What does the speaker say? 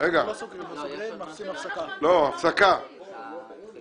בנוסח שהניחה הוועדה עכשיו מבקשים לקבוע את משרד הפנים